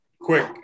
quick